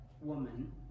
woman